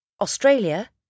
Australia